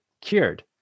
cured